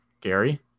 Gary